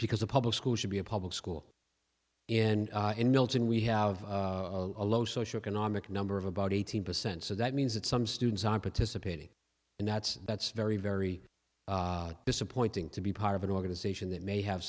because a public school should be a public school and in milton we have a low socio economic number of about eighteen percent so that means that some students are participating and that's that's very very disappointing to be part of an organization that may have